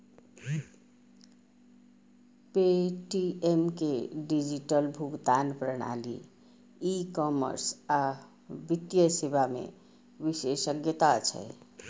Paytm के digital भुगतान प्रणाली, ई कॉमर्स आ वित्तीय सेवा मे विशेषज्ञता छै